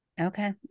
okay